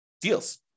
deals